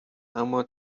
اما